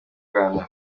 ghana